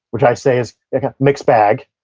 which i say is mixed bag,